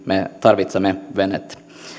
me tarvitsemme veneitä